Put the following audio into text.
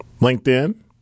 LinkedIn